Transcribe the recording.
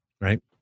Right